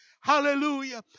Hallelujah